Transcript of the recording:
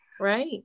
Right